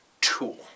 tool